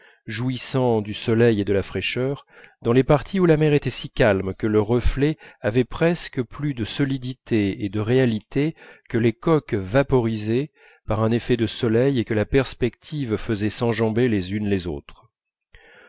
jouissant du soleil et de la fraîcheur dans les parties où la mer était si calme que les reflets avaient presque plus de solidité et de réalité que les coques vaporisées par un effet de soleil et que la perspective faisait s'enjamber les unes les autres